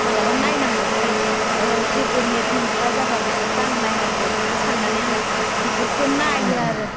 माब्लाबा नायनांगौहाय जेबो नेट मोनथारा जाब्ला बेफोरखो आं नायनांगौ बिदि साननानै आं इफोरखो नायो आरो